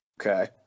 Okay